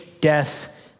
death